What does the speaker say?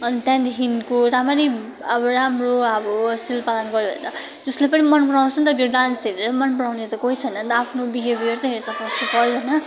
अन् त्यहाँदेखिको रामरी अब राम्रो अब सिल पालन गऱ्यो भने त जसले पनि मन पराउँछ नि त त्यो डान्स हेरेर मन पराउने त कोही छैन नि त आफ्नो बिहेबियर त हेर्छ फर्स्ट अफ अल होइन